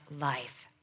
life